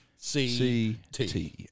C-T